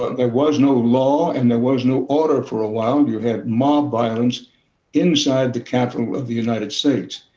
but there was no law and there was no order for a while. you had mob violence inside the capitol of the united states.